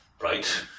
Right